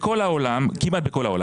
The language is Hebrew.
בכל העולם, כמעט בכל העולם